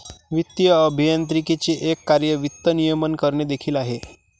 वित्तीय अभियांत्रिकीचे एक कार्य वित्त नियमन करणे देखील आहे